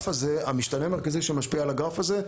המשתנה המרכזי שמשפיע על הגרף הזה,